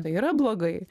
tai yra blogai